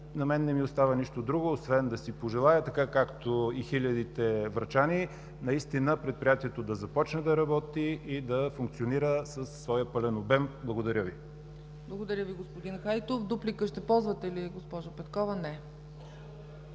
На мен не ми остава нищо друго освен да си пожелая, така както и хилядите врачани, предприятието да започне да работи и да функционира със своя пълен обем. Благодаря Ви. ПРЕДСЕДАТЕЛ ЦЕЦКА ЦАЧЕВА: Благодаря Ви, господин Хайтов. Дуплика ще ползвате ли, госпожо Петкова? Не.